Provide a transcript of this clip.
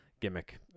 gimmick